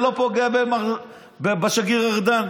אתה לא פוגע בשגריר ארדן.